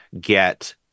get